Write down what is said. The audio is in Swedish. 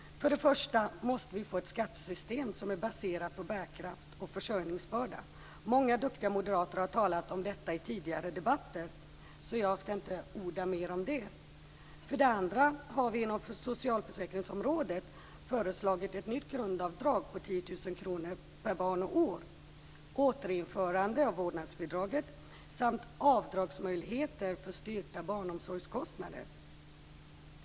För det första måste vi få ett skattesystem som är baserat på bärkraft och försörjningsbörda. Många duktiga moderater har talat om detta i tidigare debatter. Jag skall inte orda mer om det. För det andra har vi inom socialförsäkringsområdet föreslagit ett nytt grundavdrag på 10 000 kr per barn och år, återinförande av vårdnadsbidraget samt avdragsmöjligheter för styrkta barnomsorgskostnader.